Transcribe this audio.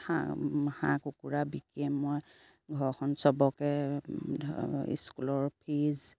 হাঁহ হাঁহ কুকুৰা বিকিয়ে মই ঘৰখন চবকে স্কুলৰ ফিজ